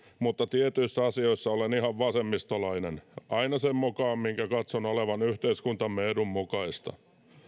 mutta tietyissä asioissa olen ihan vasemmistolainen aina sen mukaan minkä katson olevan yhteiskuntamme edun mukaista